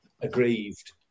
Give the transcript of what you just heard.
aggrieved